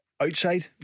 outside